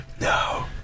No